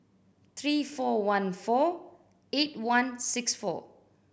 three four one four eight one six four